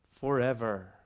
forever